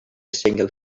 single